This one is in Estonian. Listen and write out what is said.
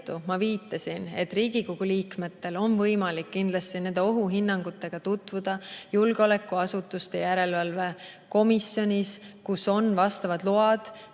ma viitasin, et Riigikogu liikmetel on võimalik kindlasti nende ohuhinnangutega tutvuda julgeolekuasutuste järelevalve komisjonis, kus on vastavad load